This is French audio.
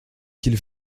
qu’ils